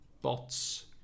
bots